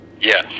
Yes